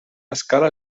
escala